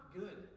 good